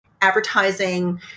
Advertising